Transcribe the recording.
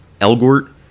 Elgort